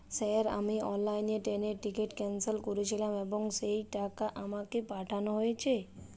Sir আমি অনলাইনে ট্রেনের টিকিট ক্যানসেল করেছিলাম এবং সেই টাকা আমাকে পাঠানো হয়েছে?